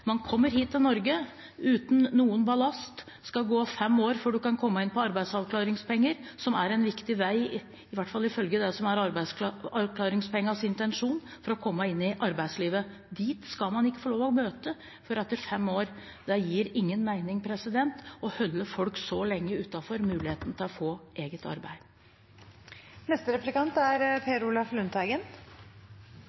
Man kommer hit til Norge uten noen ballast og skal gå i fem år før man kan komme inn på ordningen med arbeidsavklaringspenger, som er en viktig vei – i hvert fall ifølge det som er arbeidsavklaringspengenes intensjon – for å komme inn i arbeidslivet. Dit skal man ikke få lov til å komme før etter fem år. Det gir ingen mening i å holde folk så lenge utenfor muligheten til å få eget